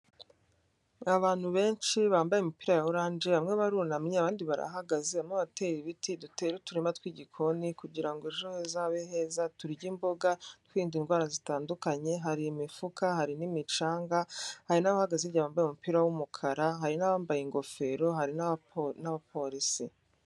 Abantu benshi bambaye umupira ya orange bamwe barunamye abandi barahagazemo barimo baratera ibiti. Dutera uturima tw'igikoni kugirango ejo hazabe heza turya imboga twirinda indwara zitandukanye. Hari imifuka, hari n'imicanga, hari n'abahagaze bambaye umupira wumukara, hari'abambaye ingofero, hari n'abapolisi.